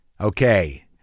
Okay